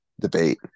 debate